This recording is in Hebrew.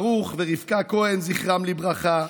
ברוך ורבקה כהן, זכרם לברכה,